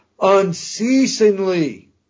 unceasingly